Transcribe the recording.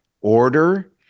order